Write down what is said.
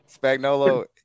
Spagnolo